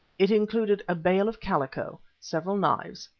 it included a bale of calico, several knives,